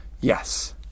yes